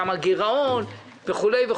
כמה גירעון וכולי.